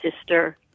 sister